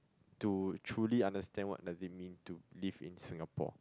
to truly understand what does it mean to live in Singapore